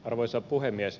arvoisa puhemies